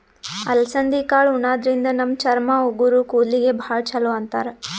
ಅಲಸಂದಿ ಕಾಳ್ ಉಣಾದ್ರಿನ್ದ ನಮ್ ಚರ್ಮ, ಉಗುರ್, ಕೂದಲಿಗ್ ಭಾಳ್ ಛಲೋ ಅಂತಾರ್